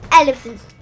elephants